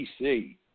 PC